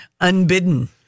unbidden